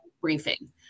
briefing